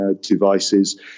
devices